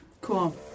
Cool